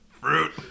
Fruit